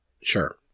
Sure